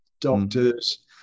doctors